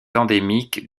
endémique